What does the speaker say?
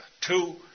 Two